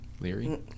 Leary